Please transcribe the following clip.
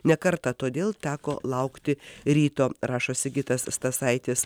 ne kartą todėl teko laukti ryto rašo sigitas stasaitis